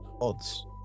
odds